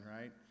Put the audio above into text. right